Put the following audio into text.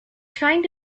trying